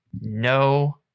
No